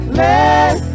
let